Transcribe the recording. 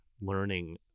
learning